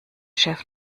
chef